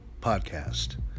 Podcast